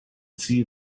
see